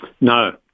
No